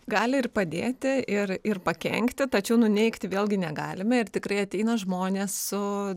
gali ir padėti ir ir pakenkti tačiau nuneigti vėlgi negalime ir tikrai ateina žmonės su